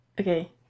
Okay